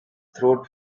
throat